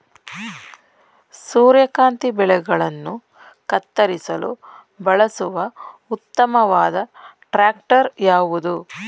ಸೂರ್ಯಕಾಂತಿ ಬೆಳೆಗಳನ್ನು ಕತ್ತರಿಸಲು ಬಳಸುವ ಉತ್ತಮವಾದ ಟ್ರಾಕ್ಟರ್ ಯಾವುದು?